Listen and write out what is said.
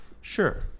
Sure